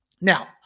Now